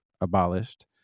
abolished